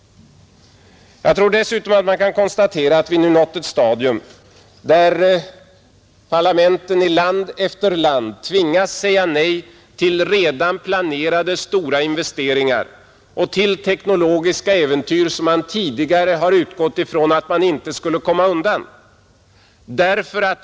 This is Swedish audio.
Jag tror dessutom man kan garantera att vi nu nått ett stadium där parlamenten i land efter land tvingas säga nej till redan planerade stora investeringar och till teknologiska äventyr som man tidigare har utgått ifrån att man inte skulle komma undan.